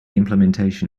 implementation